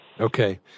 Okay